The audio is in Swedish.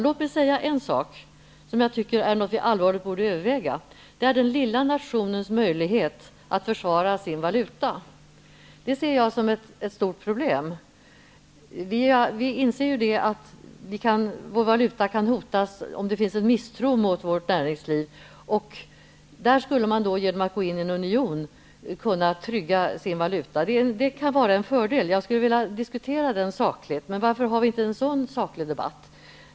Låt mig få säga en sak, som jag tycker att vi allvarligt borde överväga. Det är den lilla nationens möjlighet att försvara sin valuta. Det ser jag som ett stort problem. Vi inser att vår valuta kan hotas om det finns en misstro mot vårt näringsliv. Då skulle man inom en union kunna trygga sin valuta. Det kan vara en fördel. Jag skulle vilja diskutera detta sakligt. Varför kan vi inte en sådan sakdebatt?